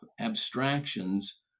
abstractions